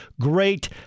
great